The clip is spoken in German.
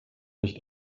nicht